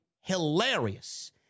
hilarious